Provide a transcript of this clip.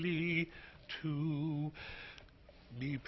lead to be